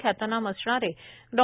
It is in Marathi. ख्यातनाम असणारे डॉ